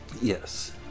Yes